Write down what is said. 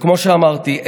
וכמו שאמרתי,